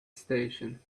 station